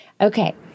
Okay